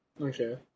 Okay